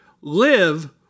live